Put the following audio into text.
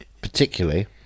Particularly